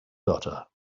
daughter